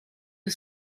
you